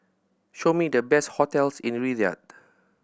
show me the best hotels in Riyadh